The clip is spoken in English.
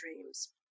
dreams